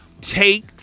take